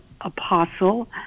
Apostle